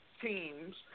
teams